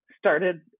Started